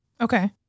Okay